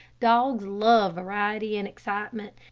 dogs love variety and excitement,